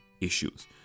issues